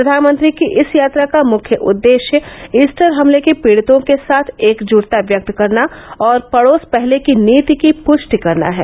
प्रधानमंत्री की इस यात्रा का मुख्य उद्देष्य ईस्टर हमले के पीड़ितों के साथ एकजुटता व्यक्त करना और पड़ोस पहले की नीति की पुश्टि करना है